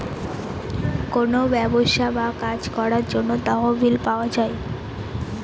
কোনো ব্যবসা বা কাজ করার জন্য তহবিল পাওয়া যায়